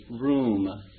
room